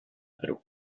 perú